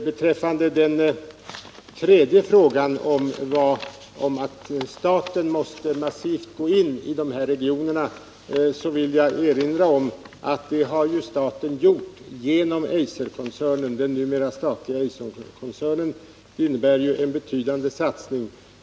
Beträffande den tredje frågan, om att staten måste gå in med massivt bistånd till de här regionerna, vill jag erinra om att staten redan har gjort det genom den numera statliga Eiserkoncernen. Detta innebär en betydande satsning.